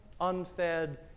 unfed